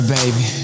baby